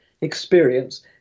experience